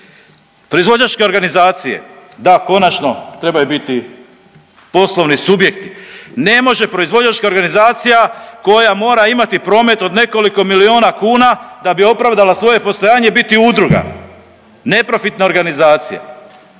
Proizvođačke organizacije, da konačno trebaju biti poslovni subjekti. Ne može proizvođačka organizacija koja mora imati promet od nekoliko miliona kuna da bi opravdala svoje postojanje biti udruga. Neprofitna organizacija.